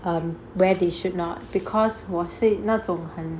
um where they should not because 我是那种很